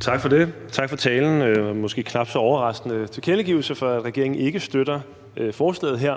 Tak for det. Tak for talen og den måske knap så overraskende tilkendegivelse fra regeringen om, at man ikke støtter forslaget her.